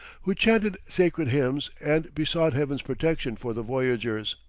who chanted sacred hymns, and besought heaven's protection for the voyagers.